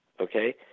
Okay